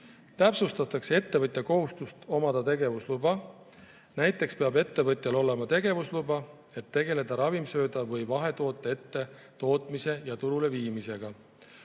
Täpsustatakse ettevõtja kohustust omada tegevusluba. Näiteks peab ettevõtjal olema tegevusluba, et tegeleda ravimsööda või vahetoote tootmise ja turuleviimisega.